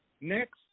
next